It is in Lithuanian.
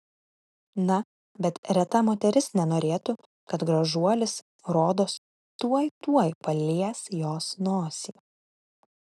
na bet reta moteris nenorėtų kad gražuolis rodos tuoj tuoj palies jos nosį